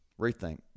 Rethink